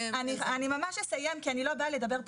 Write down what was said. אני ממש אסיים כי אני לא באה לדבר פה